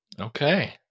okay